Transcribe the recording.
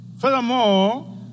Furthermore